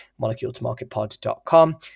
MoleculeToMarketPod.com